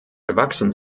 gewachsen